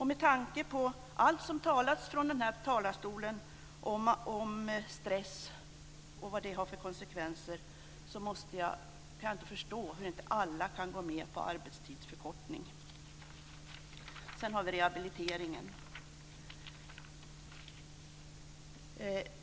Med tanke på allt som sagts från denna talarstol om stress och vad den har för konsekvenser måste jag säga att jag inte kan förstå att inte alla kan gå med på arbetstidsförkortning. Sedan har vi rehabiliteringen.